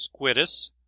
squidus